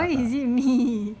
why is it me